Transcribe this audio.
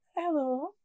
hello